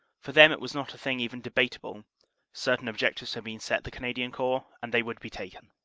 for them it was not a thing even debatable certain objectives had been set the canadian corps and they would be taken.